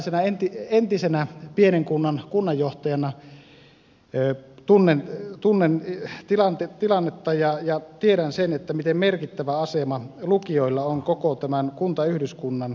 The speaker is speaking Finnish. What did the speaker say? tällaisena entisenä pienen kunnan kunnanjohtajana tunnen tilannetta ja tiedän sen miten merkittävä asema lukioilla on koko tämän kuntayhdyskunnan ei vain lukiolaisten näkökulmasta